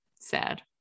sad